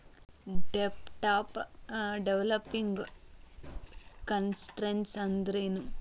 ಡೆಬ್ಟ್ of developing countries ಅಂದ್ರೇನು?